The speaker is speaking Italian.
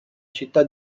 città